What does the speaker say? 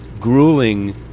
grueling